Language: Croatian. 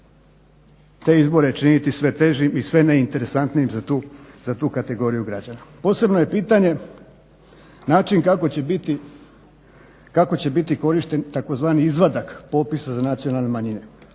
te izbore činiti sve težim i sve neinteresantnim za tu kategoriju građana. Posebno je pitanje način kako će biti korišten tzv. izvadak iz popisa za nacionalne manjine.